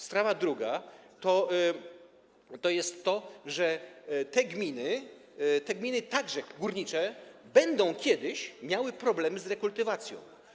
Sprawa druga to jest to, że te gminy, także górnicze, będą kiedyś miały problemy z rekultywacją.